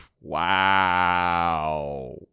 Wow